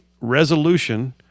resolution